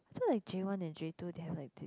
so like J one and J one they have like did